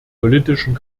politischen